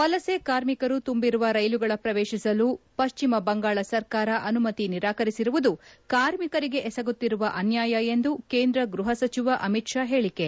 ವಲಸೆ ಕಾರ್ಮಿಕರು ತುಂಬಿರುವ ರೈಲುಗಳ ಪ್ರವೇಶಿಸಲು ಪಶ್ಲಿಮ ಬಂಗಾಳ ಸರ್ಕಾರ ಅನುಮತಿ ನಿರಾಕರಿಸಿರುವುದು ಕಾರ್ಮಿಕರಿಗೆ ಎಸಗುತ್ತಿರುವ ಅನ್ನಾಯ ಎಂದು ಕೇಂದ್ರ ಗ್ಬಹ ಸಚಿವ ಅಮಿತ್ ಶಾ ಹೇಳಿಕೆ